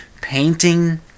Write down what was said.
painting